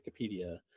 Wikipedia